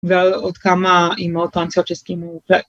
ועוד כמה אימהות טרנסיות שהסכימו ו...